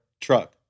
truck